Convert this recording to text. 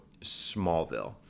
Smallville